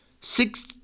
six